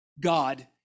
God